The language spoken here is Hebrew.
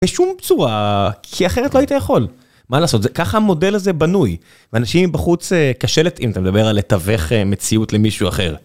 בשום צורה, כי אחרת לא היית יכול. מה לעשות זה ככה המודל הזה בנוי, לאנשים מבחוץ קשה ל... אם אתה מדבר על לתווך מציאות למישהו אחר.